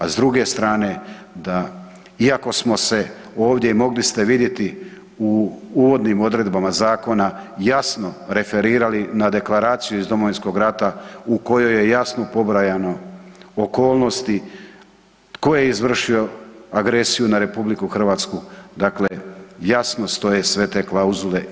A s druge strane da iako smo se ovdje mogli ste vidjeti u uvodnim odredbama zakona jasno referirali na Deklaraciju iz Domovinskog rata u kojoj je jasno pobrojano okolnosti tko je izvršio agresiju na RH, dakle jasno stoje sve te klauzule.